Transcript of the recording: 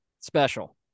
special